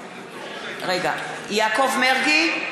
יעקב מרגי,